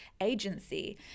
agency